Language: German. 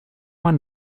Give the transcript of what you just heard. man